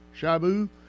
Shabu